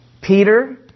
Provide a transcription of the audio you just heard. Peter